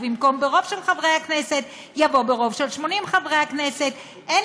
ובמקום "ברוב של חברי הכנסת" יבוא "ברוב של 80 חברי הכנסת"; אין